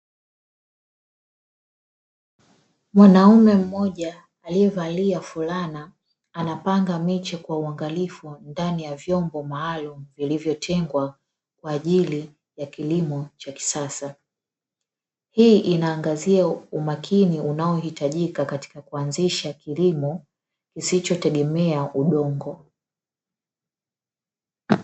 Mwanaume mmoja aliyevalia fulana; anapanga miche kwa uangalifu ndani ya vitalu, vilivyotengwa kwa ajili ya kilimo cha kisasa; hii ina angazia umakini unaohitajika katika kuanzisha kilimo kisichotegemea ardhi.